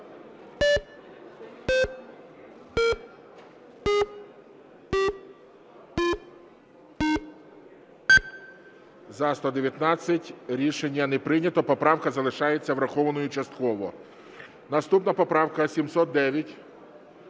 За-119 Рішення не прийнято. Поправка залишається врахованою частково. Наступна поправка 709.